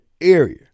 area